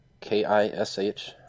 k-i-s-h